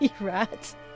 Right